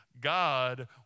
God